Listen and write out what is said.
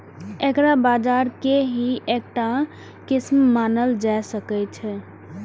एकरा बाजार के ही एकटा किस्म मानल जा सकै छै